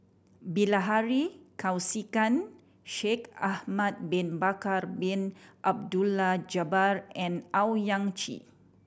Bilahari Kausikan Shaikh Ahmad Bin Bakar Bin Abdullah Jabbar and Owyang Chi